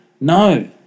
No